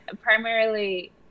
primarily